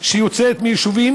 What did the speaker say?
שיוצאת מהיישובים